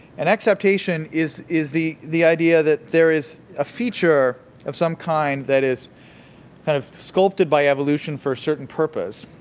and exaptation is is the the idea that there is a feature of some kind, that is kind of sculpted by evolution for a certain purpose.